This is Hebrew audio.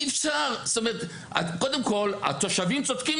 קודם כל התושבים צודקים.